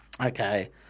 okay